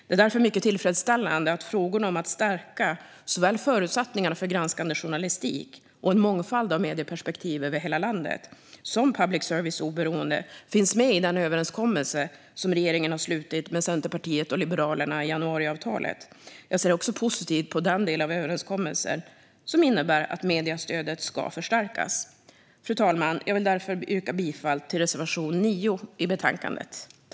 Det är därför mycket tillfredsställande att frågorna om att stärka såväl förutsättningarna för granskande journalistik och en mångfald av medieperspektiv över hela landet som public services oberoende finns med i den överenskommelse som regeringen har slutit med Centerpartiet och Liberalerna i januariavtalet. Jag ser också positivt på den del av överenskommelsen som innebär att mediestödet ska förstärkas. Fru talman! Jag vill därför yrka bifall till reservation 9 i betänkandet.